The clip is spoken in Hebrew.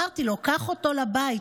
אמרתי לו: קח אותו לבית,